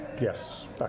Yes